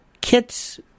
kits